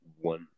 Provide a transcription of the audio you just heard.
one